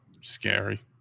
scary